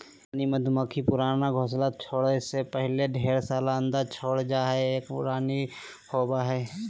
रानी मधुमक्खी पुराना घोंसला छोरै से पहले ढेर सारा अंडा छोड़ जा हई, एक रानी होवअ हई